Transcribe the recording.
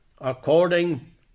according